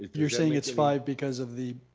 you're saying it's five because of the